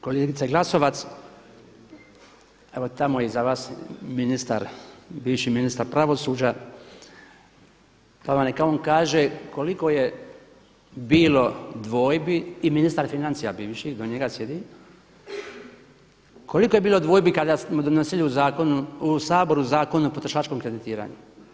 Kolegice Glasovac, evo tamo je iza vas ministar, bivši ministar pravosuđa pa neka vam on kaže koliko je bilo dvojbi, i ministar financija bivši do njega sjedi, koliko je bilo dvojbi kada smo donosili u Saboru Zakon o potrošačkom kreditiranju?